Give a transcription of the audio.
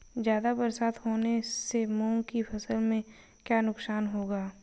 ज़्यादा बरसात होने से मूंग की फसल में क्या नुकसान होगा?